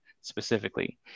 specifically